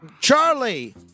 Charlie